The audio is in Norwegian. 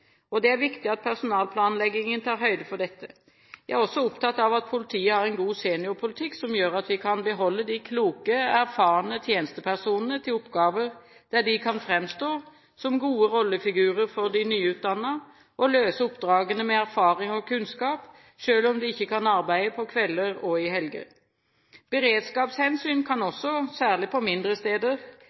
Det er viktig at personalplanleggingen tar høyde for dette. Jeg er også opptatt av at politiet har en god seniorpolitikk som gjør at vi kan beholde de kloke, erfarne tjenestepersonene til oppgaver der de kan framstå som gode rollefigurer for de nyutdannede, og løse oppdragene med erfaring og kunnskap, selv om de ikke kan arbeide på kvelder og i helger. Beredskapshensyn kan også – særlig på mindre steder